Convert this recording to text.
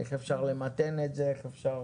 איך אפשר למתן את זה, איך אפשר